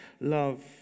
love